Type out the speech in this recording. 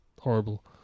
horrible